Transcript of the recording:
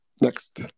Next